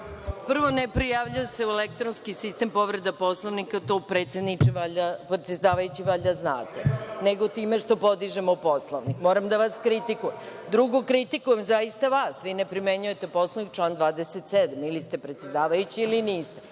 Prvo, ne prijavljuje se u elektronski sistem povreda Poslovnika, to, predsedavajući, valjda znate, nego time što podižemo Poslovnik, moram da vas kritikujem. Drugo, kritikujem zaista vas, vi ne primenjujete Poslovnik, član 27. Ili ste predsedavajući ili niste?